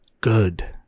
good